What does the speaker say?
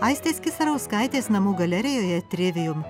aistės kisarauskaitės namų galerijoje trivijum